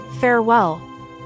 farewell